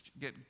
get